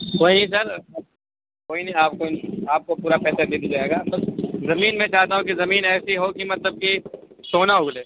کوئی نہیں سر کوئی نہیں آپ کو آپ کو پورا پیسہ دے دیا جائے گا آپ کا زمین میں چاہتا ہوں کہ زمین ایسی ہو کہ مطلب کہ سونا اگلے